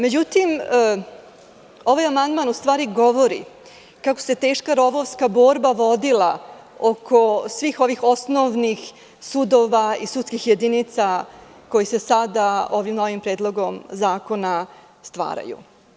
Međutim, ovaj amandman u stvari govori kako se teška rovovska borba vodila oko svih ovih osnovnih sudova i sudskih jedinica koji se sada ovim novim predlogom zakona stvaraju.